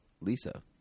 Lisa